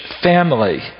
family